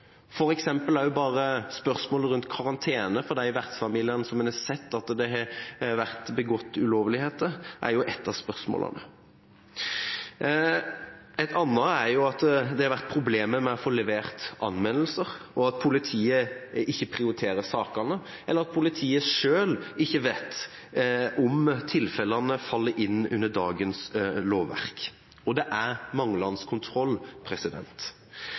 karantene for de vertsfamiliene der en har sett at det har vært begått ulovligheter. Noe annet er at det har vært problemer med å få levert anmeldelser, at politiet ikke prioriterer sakene, eller at politiet selv ikke vet om tilfellene faller inn under dagens lovverk – og det er manglende kontroll.